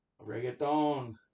reggaeton